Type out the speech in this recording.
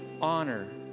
honor